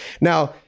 Now